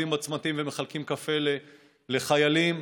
ומחלקים קפה לחיילים,